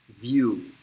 view